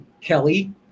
Kelly